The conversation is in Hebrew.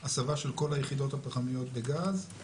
הסבה של כל היחידות הפחמיות בגז.